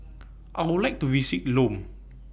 I Would like to visit Lome